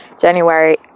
January